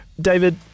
David